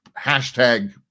hashtag